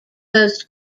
most